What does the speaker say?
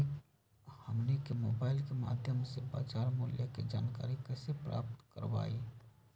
हमनी के मोबाइल के माध्यम से बाजार मूल्य के जानकारी कैसे प्राप्त करवाई?